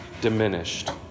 diminished